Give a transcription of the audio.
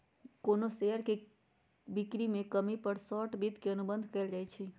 कोनो शेयर के बिक्री में कमी पर शॉर्ट वित्त के अनुबंध कएल जाई छई